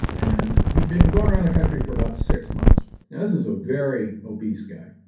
and he'd been going around the country for about six months now, this is a very obese guy.